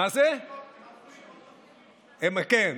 כן.